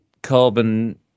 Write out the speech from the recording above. carbon